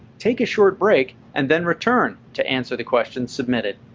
take a short break, and then return to answer the questions submitted.